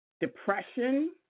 depression